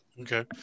Okay